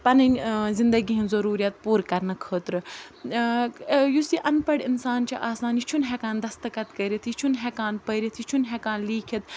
پَنٕںۍ زندگی ہٕنٛز ضٔروٗریت پوٗرٕ کَرنہٕ خٲطرٕ یُس یہِ اَن پَڑھ اِنسان چھُ آسان یہِ چھُنہٕ ہٮ۪کان دستٕخط کٔرِتھ یہِ چھُنہٕ ہٮ۪کان پٔرِتھ یہِ چھُنہٕ ہٮ۪کان لیٖکِتھ